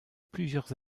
plusieurs